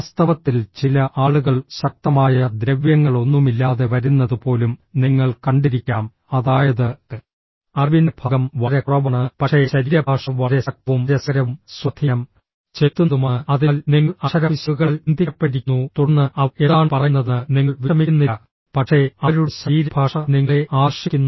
വാസ്തവത്തിൽ ചില ആളുകൾ ശക്തമായ ദ്രവ്യങ്ങളൊന്നുമില്ലാതെ വരുന്നത് പോലും നിങ്ങൾ കണ്ടിരിക്കാം അതായത് അറിവിന്റെ ഭാഗം വളരെ കുറവാണ് പക്ഷേ ശരീരഭാഷ വളരെ ശക്തവും രസകരവും സ്വാധീനം ചെലുത്തുന്നതുമാണ് അതിനാൽ നിങ്ങൾ അക്ഷരപ്പിശകുകളാൽ ബന്ധിക്കപ്പെട്ടിരിക്കുന്നു തുടർന്ന് അവർ എന്താണ് പറയുന്നതെന്ന് നിങ്ങൾ വിഷമിക്കുന്നില്ല പക്ഷേ അവരുടെ ശരീരഭാഷ നിങ്ങളെ ആകർഷിക്കുന്നു